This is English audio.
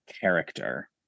character